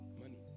Money